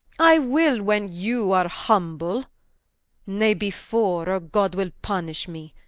i will, when you are humble nay before, or god will punish me.